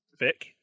Vic